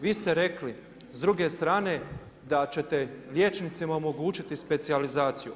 Vi ste rekli s druge strane da ćete liječnicima omogućiti specijalizaciju.